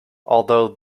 although